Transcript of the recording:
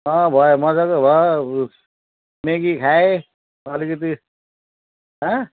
अँ भयो मजाकै भयो म्यागी खाएँ अलिकति हाँ